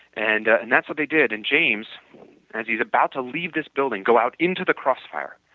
and and that's what they did and james as he is about to leave this building, go out into the crossfire